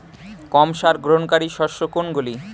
কম সার গ্রহণকারী শস্য কোনগুলি?